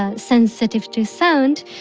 ah sensitive to sound,